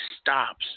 stops